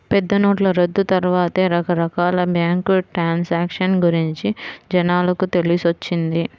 పెద్దనోట్ల రద్దు తర్వాతే రకరకాల బ్యేంకు ట్రాన్సాక్షన్ గురించి జనాలకు తెలిసొచ్చింది